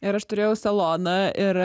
ir aš turėjau saloną ir